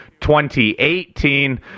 2018